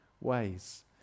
ways